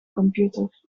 computer